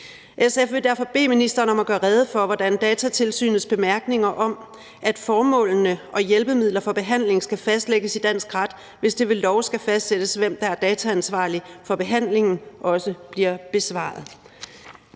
SF vil derfor bede ministeren om at gøre rede for, hvordan Datatilsynets bemærkninger om, at formålene og hjælpemidlerne for behandlingen skal fastlægges i dansk ret, hvis det ved lov skal fastsættes, hvem der er dataansvarlig for behandlingen, også bliver besvaret.